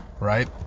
right